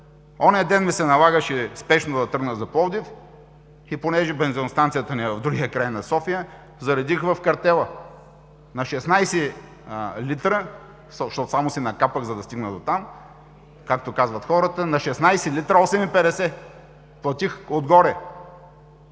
Онзи ден ми се налагаше спешно да тръгна за Пловдив и понеже бензиностанцията ни е в другия край на София, заредих в картела. На 16 литра, защото само си накапах, за да стигна дотам, както казват хората, на 16 литра платих отгоре